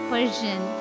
Persian